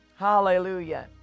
Hallelujah